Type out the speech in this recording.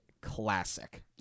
classic